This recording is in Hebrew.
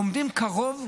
עומדים קרוב,